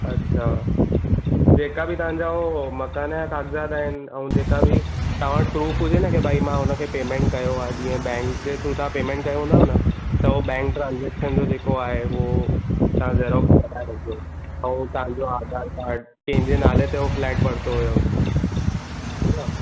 अछा जेका बि तव्हांजा हो मकान या काग़ज़ात अहिनि अऊं जेका बि तवां वटि प्रूफ़ हुजे न की भई मां हुनखे पेमेंट कयो आहे जीअं बेंक जे थ्रूं तव्हां पेमेंट हूंदव न त हूं बेंक ट्रांजेक्शन जेको आहे उहो तव्हां ज़ेरोक्स कराए छॾिजो ऐं तव्हां आधार कार्ड पंहिंजे नाले ते फ़्लेट वरितो हुयो हीअं